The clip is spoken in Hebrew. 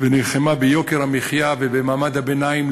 ונלחמה ביוקר המחיה ולמען מעמד הביניים,